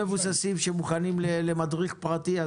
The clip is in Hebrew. מבוססים מאוד שמוכנים להעסיק מדריך פרטי,